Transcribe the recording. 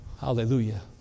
Hallelujah